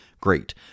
great